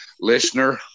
Listener